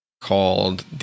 called